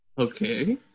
Okay